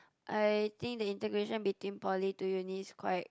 I think the integration between poly to uni is quite